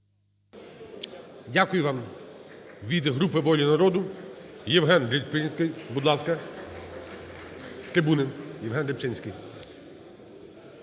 Дякую вам. Від групи "Воля народу" Євген Рибчинський.